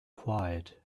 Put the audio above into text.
quiet